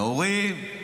נאורים,